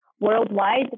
worldwide